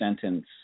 sentence